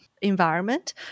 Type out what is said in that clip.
environment